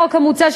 החוק המוצע,